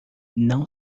não